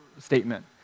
statement